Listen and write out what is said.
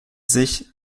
sich